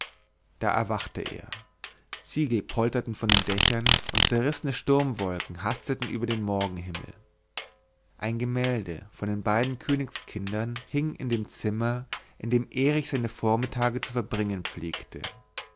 da erwachte er ziegel polterten von den dächern und zerrissene sturmwolken hasteten über den morgenhimmel ein gemälde von den beiden königskindern hing in dem zimmer in dem erich seine vormittage zu verbringen pflegte